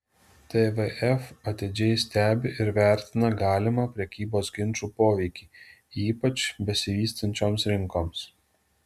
tvf atidžiai stebi ir vertina galimą prekybos ginčų poveikį ypač besivystančioms rinkoms